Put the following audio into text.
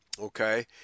Okay